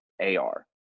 ar